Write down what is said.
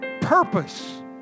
purpose